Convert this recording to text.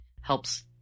helps